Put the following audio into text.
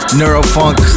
neurofunk